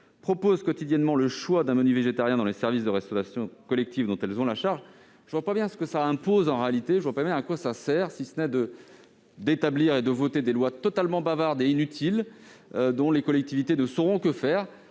proposent quotidiennement le choix d'un menu végétarien dans les services de restauration collective dont elles ont la charge. » Je ne saisis pas l'utilité de cet ajout, si ce n'est d'établir et de voter des lois totalement bavardes et inutiles, dont les collectivités ne sauront que faire.